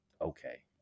okay